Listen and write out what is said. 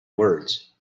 words